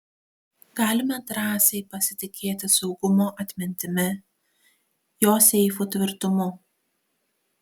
galime drąsiai pasitikėti saugumo atmintimi jo seifų tvirtumu